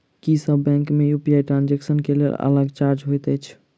की सब बैंक मे UPI transaction केँ लेल अलग चार्ज होइत अछि?